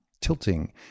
tilting